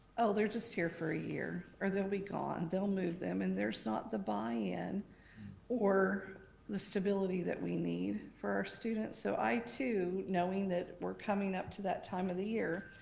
oh they're just here for a year or they'll be gone, they'll move them and there's not the buy-in or the stability that we need for our students. so i too, knowing that we're coming up to that time of the year,